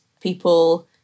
people